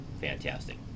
fantastic